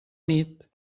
nit